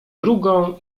drugą